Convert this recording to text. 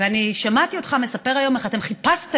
ואני שמעתי אותך מספר היום איך אתם חיפשתם